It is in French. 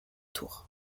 tour